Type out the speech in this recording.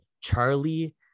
Charlie –